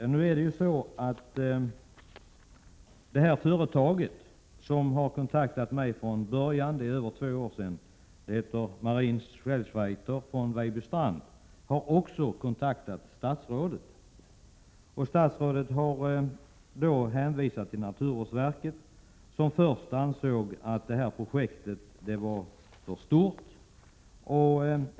Nu förhåller det sig så att det företag som satte sig i förbindelse med mig för mer än två år sedan, Marine Shellfighter i Vejbystrand, också har kontaktat statsrådet. Statsrådet hänvisade då till naturvårdsverket, som först ansåg att projektet var för stort.